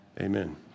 Amen